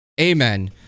amen